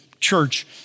church